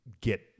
get